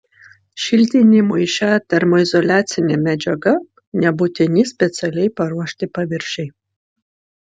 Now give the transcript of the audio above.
šiltinimui šia termoizoliacine medžiaga nebūtini specialiai paruošti paviršiai